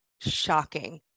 shocking